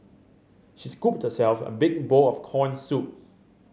she scooped herself a big bowl of corn soup